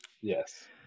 Yes